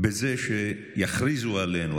בזה שיכריזו עלינו.